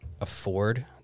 afford